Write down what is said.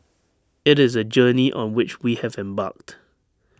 IT is A journey on which we have embarked